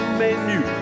menu